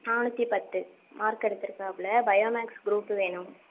நானூற்றி பத்து மார்க் எடுத்துருக்காப்ல பையோ மேக்ஸ் குரூப்பு வேணும்